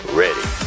ready